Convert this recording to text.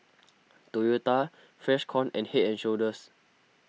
Toyota Freshkon and Head and Shoulders